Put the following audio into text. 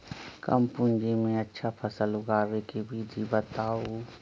कम पूंजी में अच्छा फसल उगाबे के विधि बताउ?